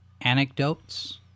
anecdotes